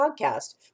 podcast